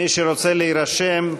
מי שרוצה להירשם,